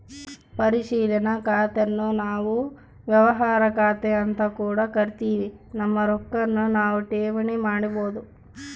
ಪರಿಶೀಲನಾ ಖಾತೆನ್ನು ನಾವು ವ್ಯವಹಾರ ಖಾತೆಅಂತ ಕೂಡ ಕರಿತಿವಿ, ನಮ್ಮ ರೊಕ್ವನ್ನು ನಾವು ಠೇವಣಿ ಮಾಡಬೋದು